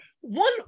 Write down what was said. One